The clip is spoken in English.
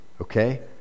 okay